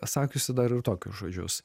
sakiusi dar ir tokius žodžius